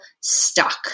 stuck